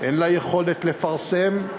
אין לה יכולת לפרסם,